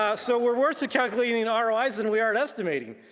ah so we're worse at calculating ah roi's than we are at estimating.